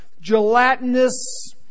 gelatinous